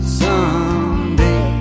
someday